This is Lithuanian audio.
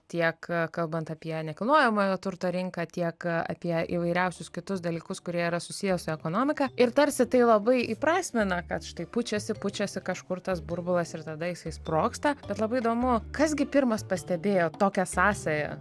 tiek kalbant apie nekilnojamojo turto rinką tiek apie įvairiausius kitus dalykus kurie yra susiję su ekonomika ir tarsi tai labai įprasmina kad štai pučiasi pučiasi kažkur tas burbulas ir tada jisai sprogsta bet labai įdomu kas gi pirmas pastebėjo tokią sąsają